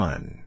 One